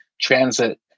transit